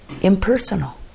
impersonal